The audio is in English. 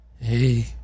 Hey